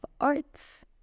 arts